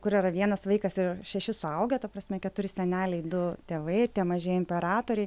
kur yra vienas vaikas ir šeši suaugę ta prasme keturi seneliai du tėvai ir tie mažieji imperatoriai